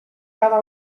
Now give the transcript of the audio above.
cada